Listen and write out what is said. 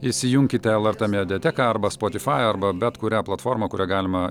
įsijunkite lrt mediateką arba spotifai arba bet kurią platformą kuria galima